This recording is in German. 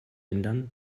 ändern